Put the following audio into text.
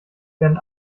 werden